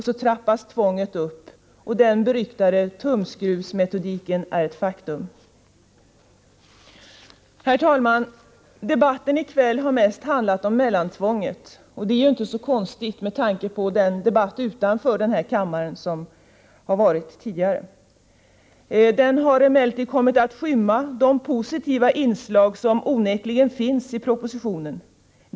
Så trappas tvånget upp, och den beryktade tumskruvsmetodiken är ett faktum. Herr talman! Debatten i kväll har mest handlat om mellantvånget. Det är inte så konstigt med tanke på den debatt som tidigare förts utanför denna kammare. Debatten har emellertid kommit att skymma de positiva inslag som onekligen finns i propositionen.